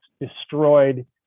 destroyed